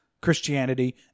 Christianity